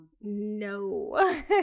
No